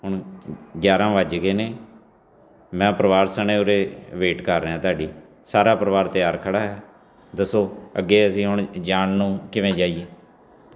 ਹੁਣ ਗਿਆਰ੍ਹਾਂ ਵੱਜ ਗਏ ਨੇ ਮੈਂ ਪਰਿਵਾਰ ਸਣੇ ਉਰੇ ਵੇਟ ਕਰ ਰਿਹਾ ਤੁਹਾਡੀ ਸਾਰਾ ਪਰਿਵਾਰ ਤਿਆਰ ਖੜ੍ਹਾ ਹੈ ਦੱਸੋ ਅੱਗੇ ਅਸੀਂ ਹੁਣ ਜਾਣ ਨੂੰ ਕਿਵੇਂ ਜਾਈਏ